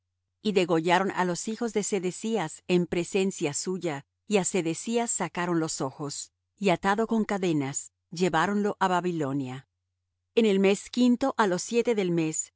y degollaron á los hijos de sedecías en presencia suya y á sedecías sacaron los ojos y atado con cadenas lleváronlo á babilonia en el mes quinto á los siete del mes